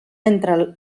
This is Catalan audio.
entre